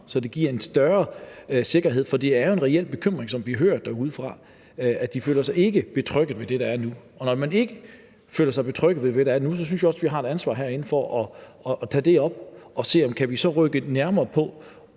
så det giver en større sikkerhed, for det er jo en reel bekymring, som vi hører derude, altså at de ikke føler sig betrygget ved det, der er nu. Og når man ikke føler sig betrygget ved det, der er nu, synes jeg også vi har et ansvar herindefra for at tage det op og se, om vi så kan rykke nærmere på